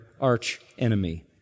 arch-enemy